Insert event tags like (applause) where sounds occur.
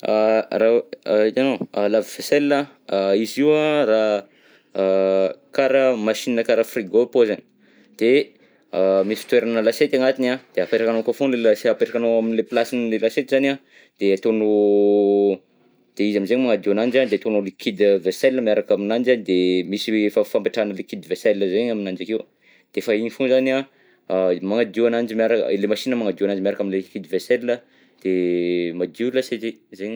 A (hesitation) raha hitanao, lave vaisselle an, izy io an raha, a karaha machine karaha frigo paoziny, de a misy fitoerana lasiety agnatiny an, de apetrakanao akao foagna lasi- apetrakanao ao am'le plasin'le lasiety zany an, de ataonao, de izy amizay magnadio ananjy an de ataonao liquide vaisselle miaraka aminanjy an de misy efa fampetrahana liquide vaisselle zay aminanjy akeo, de efa igny foagna zany an magnadio ananjy miaraka, le machine magnadio ananjy miaraka am'le liquide vaisselle an de madio lasiety, zegny.